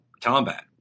combat